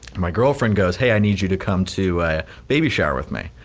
my girlfriend goes, hey, i need you to come to a baby shower with me.